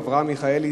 אברהם מיכאלי,